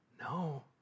No